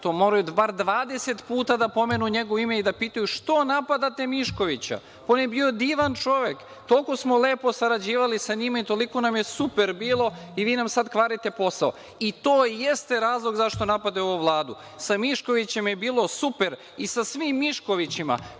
moraju bar 20 puta da pomenu njegovo ime i da pitaju što napadate Miškovića, pa on je bio divan čovek, toliko smo lepo sarađivali sa njima i toliko nam je super bilo i vi nam sad kvarite posao. I to i jeste razlog zašto napadaju ovu Vladu. Sa Miškovićima je bilo super i sa svim Miškovićima